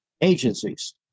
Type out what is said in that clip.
agencies